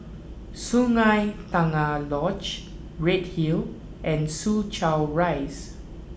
Sungei Tengah Lodge Redhill and Soo Chow Rise